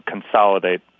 consolidate